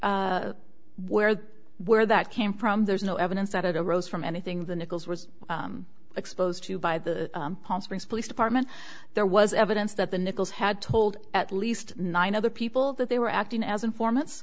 where where that came from there's no evidence that it arose from anything the nichols was exposed to by the palm springs police department there was evidence that the nichols had told at least nine other people that they were acting as informants